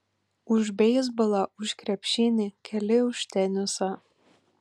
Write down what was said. už beisbolą už krepšinį keli už tenisą